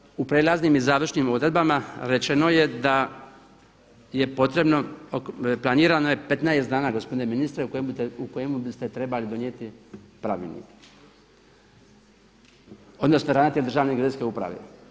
I na kraju, u prelaznim i završnim odredbama rečeno je da potrebno, planirano je 15 dana gospodine ministre u kojima biste trebali donijeti pravilnik, odnosno ravnatelj Državne geodetske uprave.